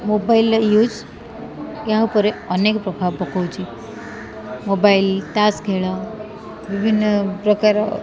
mobile use ଏହା ଉପରେ ଅନେକ ପ୍ରଭାବ ପକାଉଛି ମୋବାଇଲ୍ ତାସ ଖେଳ ବିଭିନ୍ନ ପ୍ରକାର